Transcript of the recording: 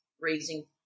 raising